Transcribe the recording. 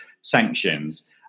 sanctions